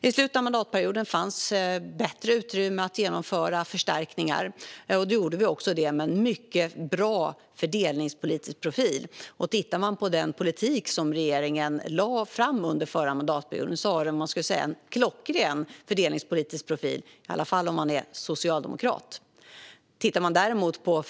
Vid slutet av mandatperioden fanns bättre utrymme att genomföra förstärkningar, och det gjorde vi också. De hade en mycket bra fördelningspolitisk profil. Tittar man på den politik som regeringen lade fram under förra mandatperioden ser man att det var en klockren fördelningspolitisk profil, i varje fall om man är socialdemokrat.